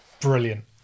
brilliant